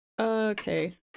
Okay